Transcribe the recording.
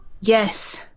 Yes